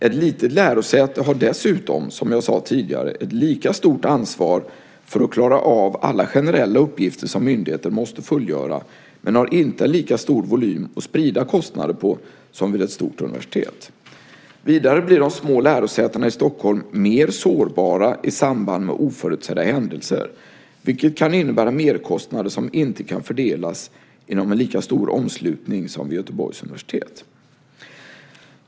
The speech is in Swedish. Ett litet lärosäte har dessutom, som jag sade tidigare, ett lika stort ansvar för att klara av alla generella uppgifter som myndigheter måste fullgöra men har inte en lika stor volym att sprida kostnader på som vid ett stort universitet. Vidare blir de små lärosätena i Stockholm mer sårbara i samband med oförutsedda händelser, vilket kan innebära merkostnader som inte kan fördelas inom en lika stor omslutning som vid Göteborgs universitet.